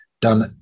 done